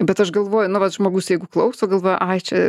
bet aš galvoju na vat žmogus jeigu klauso galvoja ai čia